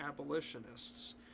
abolitionists